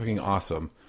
awesome